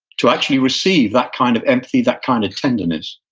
to actually receive that kind of empathy, that kind of tenderness,